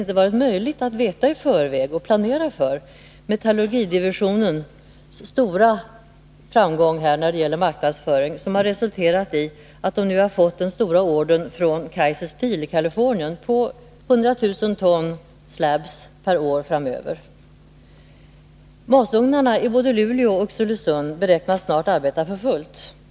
inte varit möjligt att i förväg veta och planera för att metallurigdivisionen skulle få den framgång när det gäller marknadsföring som har resulterat i att man nu har fått den stora ordern från Kaiser Steel i Kalifornien på 100 000 ton slabs per år framöver. Masugnarna i både Luleå och Oxelösund beräknas snart arbeta för fullt.